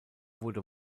wurde